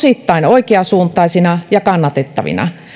osittain oikeansuuntaisina ja kannatettavina